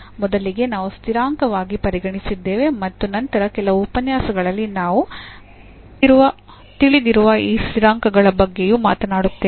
ಮೊದಲಿಗೆ ನಾವು ಸ್ಥಿರಾಂಕವಾಗಿ ಪರಿಗಣಿಸಿದ್ದೇವೆ ಮತ್ತು ನಂತರ ಕೆಲವು ಉಪನ್ಯಾಸಗಳಲ್ಲಿ ನಾವು ತಿಳಿದಿರುವ ಈ ಸ್ಥಿರಾಂಕಗಳ ಬಗ್ಗೆಯೂ ಮಾತನಾಡುತ್ತೇವೆ